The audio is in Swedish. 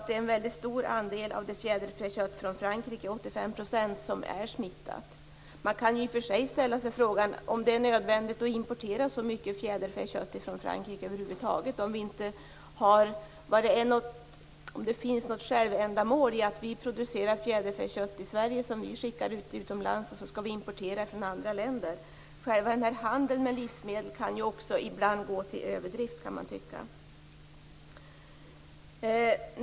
Det är en mycket stor andel av fjäderfäköttet från Frankrike som är smittat, närmare bestämt 85 %. Man kan i och för sig ställa frågan om det är nödvändigt att importera så mycket fjäderfäkött från Frankrike över huvud taget. Finns det något självändamål i att vi producerar fjäderfäkött i Sverige som vi skickar utomlands, och sedan skall vi importera från andra länder? Själva handeln med livsmedel kan ibland gå till överdrift, kan man tycka.